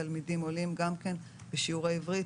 תלמידים עולים בשיעורי עברית.